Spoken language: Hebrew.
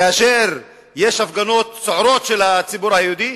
כאשר יש הפגנות סוערות של הציבור היהודי,